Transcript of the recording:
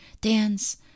dance